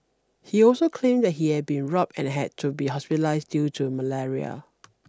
he also claimed that he had been robbed and had to be hospitalised due to malaria